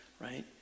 right